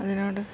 അതിനോട്